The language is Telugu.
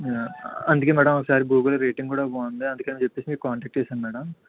అందుకే మ్యాడమ్ ఒకసారి గూగుల్ రేటింగ్ కూడా బాగుంది అందుకని చెప్పేసి మీకు కాంటాక్ట్ చేశా మ్యాడమ్